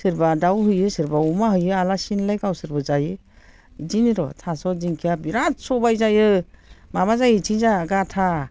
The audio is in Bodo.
सोरबा दाउ होयो सोरबा अमा होयो आलासिनोलाय गावसोरबो जायो बिदिनो र' थास' दिंखिया बिराद सबाय जायो माबा जायो बैथिंजा गाथा